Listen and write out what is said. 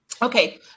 Okay